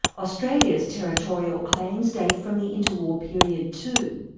australia's territorial claims date from the inter-war period too.